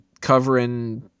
covering